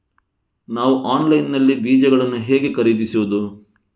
ನಾವು ಆನ್ಲೈನ್ ನಲ್ಲಿ ಬೀಜಗಳನ್ನು ಹೇಗೆ ಖರೀದಿಸುವುದು?